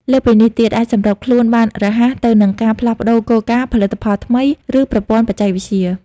លើសពីនេះទៀត អាចសម្របខ្លួនបានរហ័សទៅនឹងការផ្លាស់ប្ដូរគោលការណ៍ ផលិតផលថ្មី ឬប្រព័ន្ធបច្ចេកវិទ្យា។